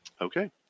Okay